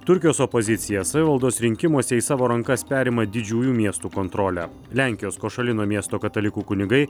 turkijos opozicija savivaldos rinkimuose į savo rankas perima didžiųjų miestų kontrolę lenkijos košalino miesto katalikų kunigai